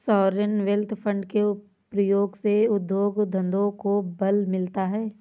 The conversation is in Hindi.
सॉवरेन वेल्थ फंड के प्रयोग से उद्योग धंधों को बल मिलता है